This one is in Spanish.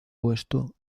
puesto